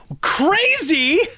Crazy